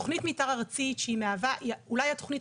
תכנית מיתאר ארצית שהיא אולי התוכנית